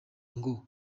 ngo